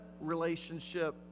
relationship